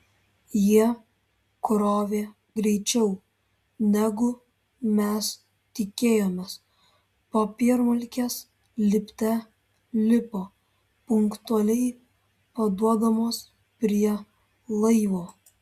jie krovė greičiau negu mes tikėjomės popiermalkės lipte lipo punktualiai paduodamos prie laivo